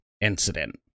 incident